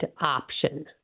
option